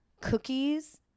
cookies